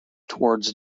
towards